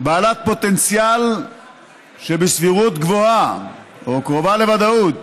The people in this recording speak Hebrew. בעלת פוטנציאל שבסבירות גבוהה או קרובה לוודאות